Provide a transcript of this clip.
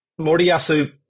Moriyasu